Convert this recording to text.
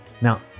Now